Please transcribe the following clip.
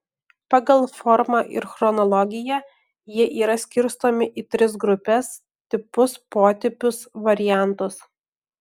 pagal formą ir chronologiją jie yra skirstomi į tris grupes tipus potipius variantus